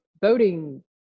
voting